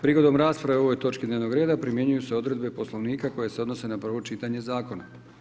Prigodom rasprave o ovoj točki dnevnog reda primjenjuju se odredbe Poslovnika koje se odnose na prvo čitanje zakona.